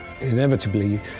Inevitably